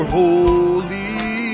holy